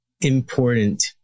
important